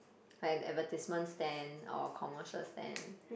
like advertisement stand or commercial stand